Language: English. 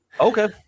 okay